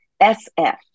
SF